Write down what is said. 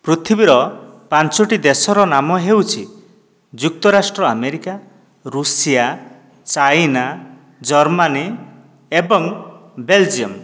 ପୃଥିବୀର ପାଞ୍ଚୋଟି ଦେଶର ନାମ ହେଉଛି ଯୁକ୍ତରାଷ୍ଟ୍ର ଆମେରିକା ଋଷିଆ ଚାଇନା ଜର୍ମାନୀ ଏବଂ ବେଲଜିୟମ୍